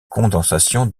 condensation